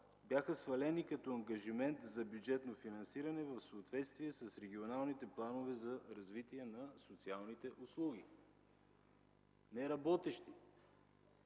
бяха свалени като ангажимент за бюджетно финансиране в съответствие с регионалните планове за развитие на социалните услуги – неработещи.